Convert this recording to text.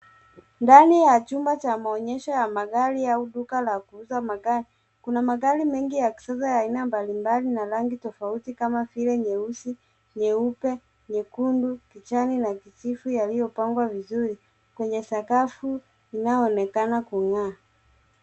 Ndani ya chumba cha maonyesho ya magari au duka la kuuza magari. Kuna magari mengi ya kisasa ya aina mbali mbali na rangi tofauti kama vile, nyeusi, nyeupe, nyekundu, kijani, na kijivu, yaliyopangwa vizuri kwenye sakafu inayoonekana kung'aa.